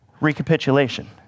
recapitulation